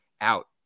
out